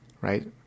right